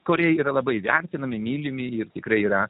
kurie yra labai vertinami mylimi ir tikrai yra